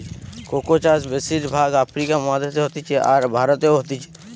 cocoa চাষ বেশির ভাগ আফ্রিকা মহাদেশে হতিছে, আর ভারতেও হতিছে